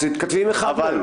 אז תתכתבי עם אחת מהן.